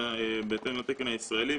בהתאם לתקן הישראלי,